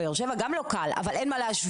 בבאר שבע גם לא קל, אבל אין מה להשוות.